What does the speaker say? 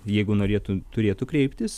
jeigu norėtų turėtų kreiptis